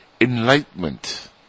enlightenment